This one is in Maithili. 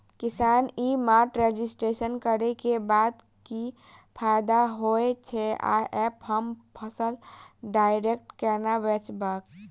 किसान ई मार्ट रजिस्ट्रेशन करै केँ बाद की फायदा होइ छै आ ऐप हम फसल डायरेक्ट केना बेचब?